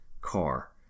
car